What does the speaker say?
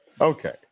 Okay